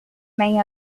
main